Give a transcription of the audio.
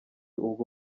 ubwo